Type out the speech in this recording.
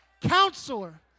Counselor